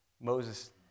Moses